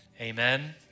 Amen